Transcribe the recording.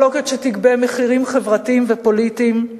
מחלוקת שתגבה מחירים חברתיים ופוליטיים.